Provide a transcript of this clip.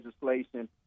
legislation